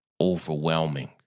overwhelming